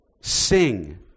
Sing